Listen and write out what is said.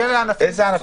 איזה ענפים?